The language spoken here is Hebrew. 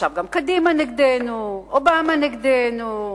עכשיו גם קדימה נגדנו, אובמה נגדנו.